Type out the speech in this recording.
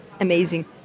amazing